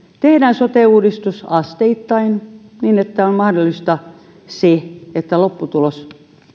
tehdään sote uudistus asteittain niin että on mahdollista se että lopputulos